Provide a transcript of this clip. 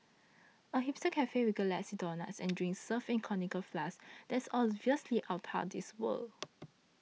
a hipster cafe with galaxy donuts and drinks served in conical flasks that's absolutely outta this world